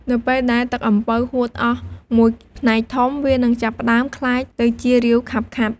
នៅពេលដែលទឹកអំពៅហួតអស់មួយផ្នែកធំ វានឹងចាប់ផ្ដើមក្លាយទៅជា រាវខាប់ៗ។